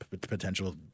potential